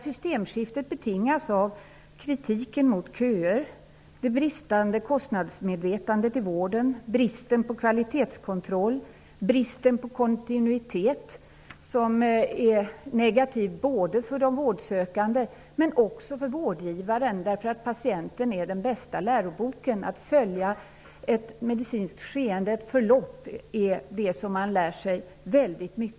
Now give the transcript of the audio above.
Systemskiftet betingas av kritiken mot köer, det bristande kostnadsmedvetandet i vården, bristen på kvalitetskontroll samt bristen på kontinuitet, vilket är negativt för de vårdsökande men också för vårdgivaren, eftersom patienten är den bästa läroboken när det gäller att följa ett medicinskt skeende. Man kan lära sig väldigt mycket genom att följa ett medicinskt förlopp.